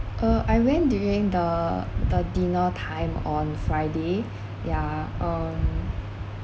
uh I went during the the dinner time on friday yeah um